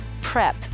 PREP